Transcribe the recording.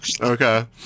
Okay